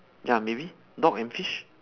ya maybe dog and fish